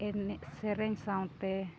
ᱮᱱᱮᱡᱼᱥᱮᱨᱮᱧ ᱥᱟᱶᱛᱮ